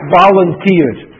volunteered